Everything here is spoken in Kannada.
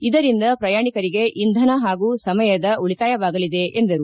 ಇದರಿಂದ ಪ್ರಯಾಣಿಕರಿಗೆ ಇಂಧನ ಹಾಗೂ ಸಮಯದ ಉಳಿತಾಯವಾಗಲಿದೆ ಎಂದರು